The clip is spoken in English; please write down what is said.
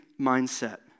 mindset